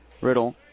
Riddle